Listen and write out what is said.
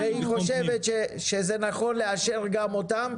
-- אם היא חושבת שנכון לאשר גם להם,